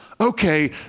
Okay